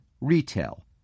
retail